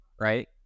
right